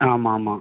ஆமாம் ஆமாம்